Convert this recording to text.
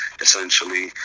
essentially